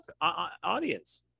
audience